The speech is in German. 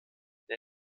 der